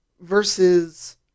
versus